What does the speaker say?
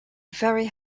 very